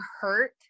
hurt